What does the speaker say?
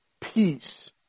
Peace